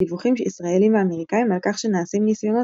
דיווחים ישראלים ואמריקאים על כך שנעשים ניסיונות